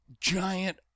giant